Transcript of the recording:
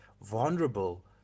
vulnerable